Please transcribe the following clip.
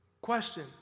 Question